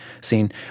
seen